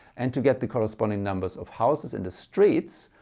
and to get the corresponding numbers of houses in the streets,